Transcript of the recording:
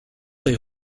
est